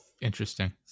Interesting